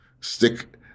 stick